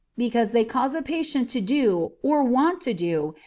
because they cause a patient to do, or want to do,